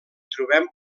trobem